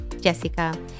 Jessica